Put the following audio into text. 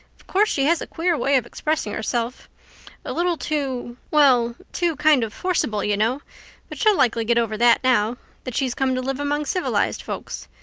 of course, she has a queer way of expressing herself a little too well, too kind of forcible, you know but she'll likely get over that now that she's come to live among civilized folks.